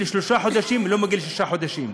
שלושה חודשים ולא מגיל שישה חודשים.